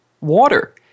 water